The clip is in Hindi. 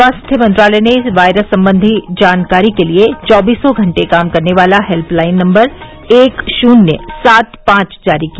स्वास्थ्य मंत्रालय ने वायरस संबंधित जानकारी के लिए चौबीसो घंटे काम करने वाला हेल्पलाइन नंबर एक शून्य सात पांच जारी किया